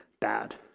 bad